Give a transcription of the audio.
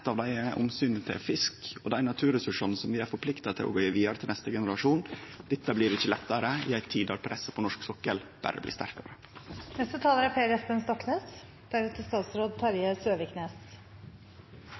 av dei er omsynet til fisk og dei naturressursane som vi er forplikta til å gje vidare til neste generasjon. Dette blir ikkje lettare i ei tid då presset på norsk sokkel berre blir